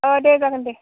दे जागोन दे